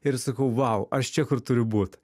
ir sakau vau aš čia kur turiu būt